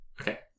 Okay